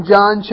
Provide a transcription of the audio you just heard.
John